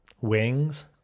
wings